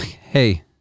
Hey